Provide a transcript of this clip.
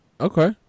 Okay